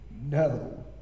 no